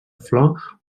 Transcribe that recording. flor